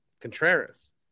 Contreras